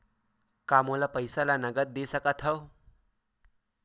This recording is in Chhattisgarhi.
का मोला पईसा ला नगद दे सकत हव?